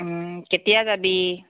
কেতিয়া যাবি